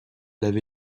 lavé